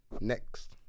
next